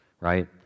Right